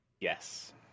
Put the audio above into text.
Yes